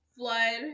Flood